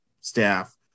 staff